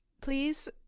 Please